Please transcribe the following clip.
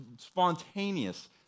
spontaneous